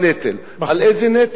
על איזה נטל מדובר?